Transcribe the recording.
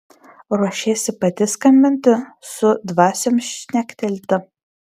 ruošiesi pati skambinti su dvasiom šnektelti